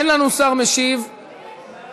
אין לנו שר משיב, נכון?